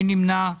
מי נמנע?